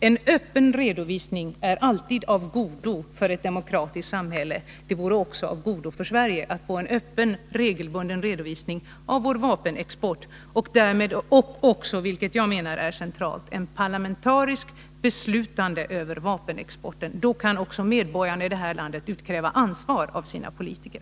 En öppen redovisning är alltid av godo för ett demokratiskt samhälle. Det vore av godo också för Sverige att regelbundet få en öppen redovisning av vår vapenexport och därmed också — vilket jag menar är en central fråga — parlamentariskt beslutande över vapenexporten. Därmed kunde medborgarna i vårt land utkräva ansvar av sina politiker.